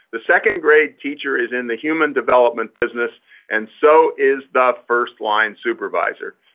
the second grade teacher is in the human development business and so is the first line supervisor.